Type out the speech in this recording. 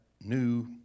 new